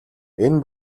энэ